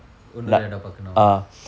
இன்னொரு இடம் பார்க்கணும்:innoru idam paarkkanum